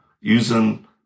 using